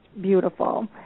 beautiful